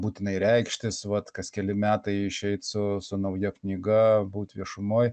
būtinai reikštis vat kas keli metai išeit su su nauja knyga būt viešumoj